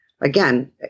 again